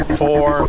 four